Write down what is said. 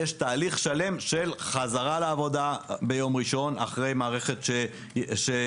יש תהליך שלם של חזרה לעבודה ביום ראשון אחרי מערכת שנעצרה,